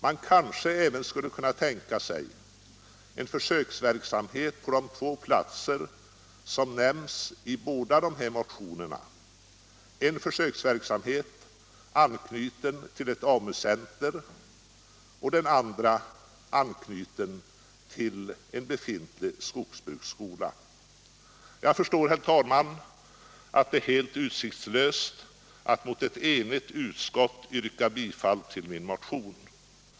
Man kanske även skulle känna tänka sig en försöksverksamhet på de två platser som nämns i de båda motioner som nu behandlas, den ena försöksverksamheten anknuten till ett AMU-center och den andra till en befintlig skogsbruksskola. Jag förstår, herr talman, att det är helt utsiktslöst att mot ett enigt utskott yrka bifall till min motion.